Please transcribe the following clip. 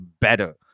better